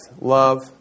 love